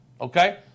okay